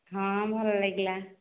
ହଁ ଭଲ ଲାଗିଲା